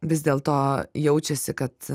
vis dėl to jaučiasi kad